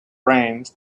brains